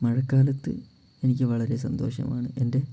മഴക്കാലത്ത് എനിക്ക് വളരെ സന്തോഷമാണ് എൻ്റെ